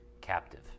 captive